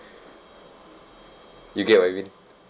you get what I mean